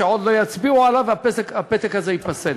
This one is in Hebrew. שעוד לא יצביעו עליו והפתק הזה ייפסל.